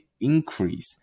increase